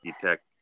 detect